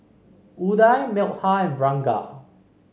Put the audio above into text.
Udai Milkha and Ranga